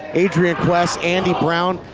adrian quest, andy brown,